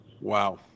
Wow